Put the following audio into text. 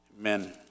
Amen